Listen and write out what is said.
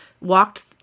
walked